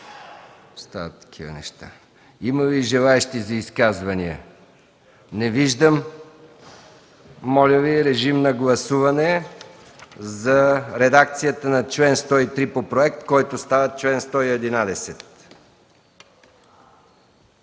МИХАИЛ МИКОВ: Има ли желаещи за изказвания? Не виждам. Моля, режим на гласуване за редакцията на чл. 103 по проект, който става чл. 111.